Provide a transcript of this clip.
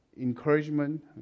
encouragement